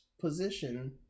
position